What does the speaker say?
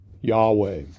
Yahweh